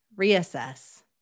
reassess